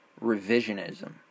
revisionism